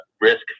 risk